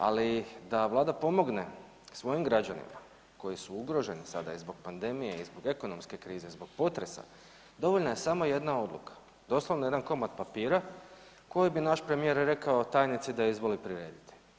Ali da Vlada pomogne svojim građanima koji su ugroženi sada i zbog pandemije i zbog ekonomske krize, zbog potresa, dovoljna je samo jedna odluka, doslovno samo jedan komad papira koji bi naš premijer rekao tajnici da izvoli prirediti.